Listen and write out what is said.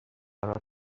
برات